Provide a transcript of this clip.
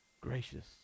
gracious